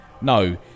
No